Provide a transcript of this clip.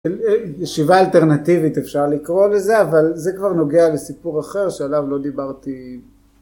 ישיבה אלטרנטיבית אפשר לקרוא לזה, אבל זה כבר נוגע לסיפור אחר שעליו לא דיברתי